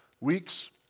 Weeks